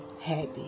happy